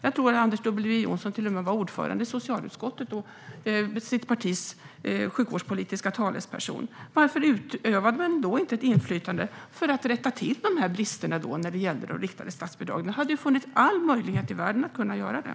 Jag tror att han till och med var ordförande i socialutskottet och sitt partis sjukvårdspolitiska talesperson. Varför utövade ni då inte ert inflytande för att rätta till bristerna när det gällde de riktade statsbidragen? Det hade ju funnits all möjlighet i världen att göra det.